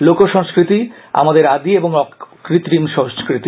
লোক সংস্কৃতি আমাদের আদি ও অকৃত্রিম সংস্কৃতি